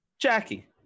Jackie